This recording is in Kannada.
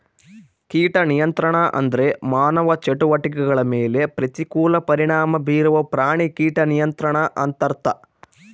ಕೀಟ ನಿಯಂತ್ರಣ ಅಂದ್ರೆ ಮಾನವ ಚಟುವಟಿಕೆಗಳ ಮೇಲೆ ಪ್ರತಿಕೂಲ ಪರಿಣಾಮ ಬೀರುವ ಪ್ರಾಣಿ ಕೀಟ ನಿಯಂತ್ರಣ ಅಂತರ್ಥ